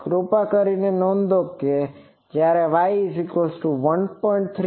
કૃપા કરીને નોંધો કે જ્યારે Y1